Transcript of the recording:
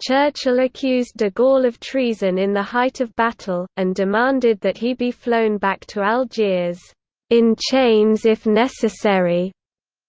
churchill accused de gaulle of treason in the height of battle, and demanded that he be flown back to algiers in chains if necessary